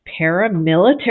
Paramilitary